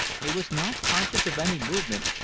he was not conscious of any movement,